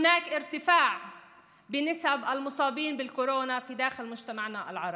יש עלייה בשיעור הנדבקים בקורונה בתוך החברה הערבית,